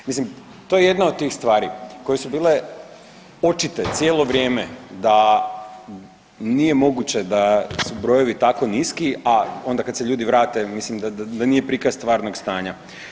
Mislim, to je jedna od tih stvari koje su bile očite cijelo vrijeme da nije moguće da su brojevi tako niski, a onda kad se ljudi vrate, mislim, da nije prikaz stvarnog stanja.